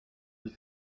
dix